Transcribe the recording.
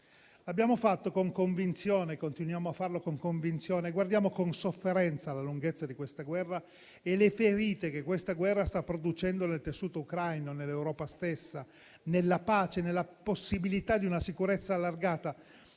Lo abbiamo fatto e continuiamo a farlo con convinzione e guardiamo con sofferenza alla lunghezza di questa guerra e alle ferite che sta producendo nel tessuto ucraino, nell'Europa stessa, nella pace e nella possibilità di una sicurezza allargata.